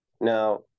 now